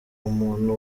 umuntu